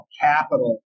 capital